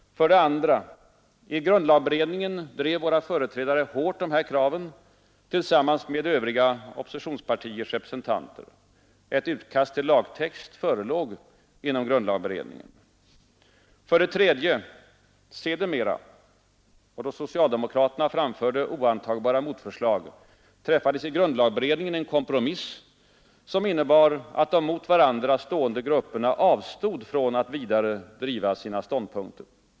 2. I grundlagberedningen drev våra företrädare hårt dessa krav tillsammans med övriga oppositionspartiers representanter. Ett utkast till lagtext förelåg inom grundlagberedningen. 3. Sedermera och då socialdemokraterna framförde oantagbara motförslag — träffades i grundlagberedningen en kompromiss, som innebar att de mot varandra stående grupperna avstod från att vidare driva sina ståndpunkter.